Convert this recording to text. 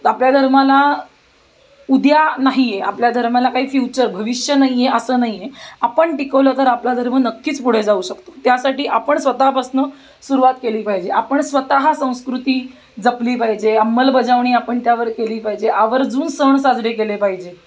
आपल्या धर्माला उद्या नाही आहे आपल्या धर्माला काही फ्युचर भविष्य नाही आहे असं नाही आहे आपण टिकवलं तर आपला धर्म नक्कीच पुढे जाऊ शकतो त्यासाठी आपण स्वतःपासनं सुरुवात केली पाहिजे आपण स्वतः संस्कृती जपली पाहिजे अंमलबजावणी आपण त्यावर केली पाहिजे आवर्जून सण साजरे केले पाहिजे